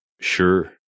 Sure